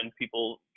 people